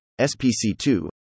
SPC2